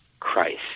Christ